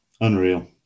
Unreal